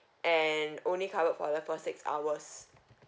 and only covered for the first six hours